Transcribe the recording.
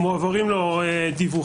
מועברים לו דיווחים.